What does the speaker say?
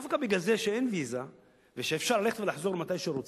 דווקא בגלל זה שאין ויזה ושאפשר ללכת ולחזור מתי שרוצים,